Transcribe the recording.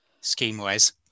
scheme-wise